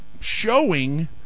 showing